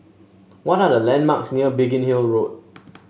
what are the landmarks near Biggin Hill Road